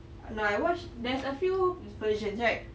no I watched there's a few versions right